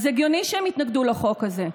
אז הגיוני שהם יתנגדו לחוק הזה,